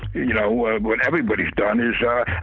you know, what everybody's done is yeah